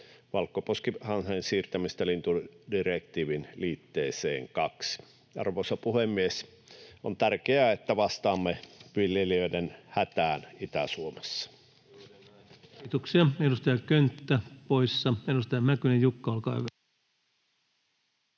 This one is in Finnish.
valkoposkihanhen siirtämisestä lintudirektiivin liitteeseen II. Arvoisa puhemies! On tärkeää, että vastaamme viljelijöiden hätään Itä-Suomessa. [Petri Huru: Juuri näin!] Kiitoksia. — Edustaja Könttä poissa. — Edustaja Mäkynen, Jukka, olkaa hyvä.